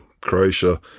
Croatia